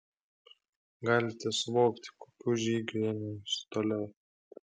galite suvokti kokių žygių ėmiausi toliau